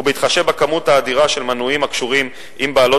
ובהתחשב בכמות האדירה של מנויים הקשורים עם בעלות